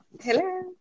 Hello